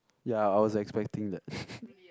ya I was expecting that